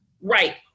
right